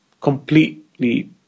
Completely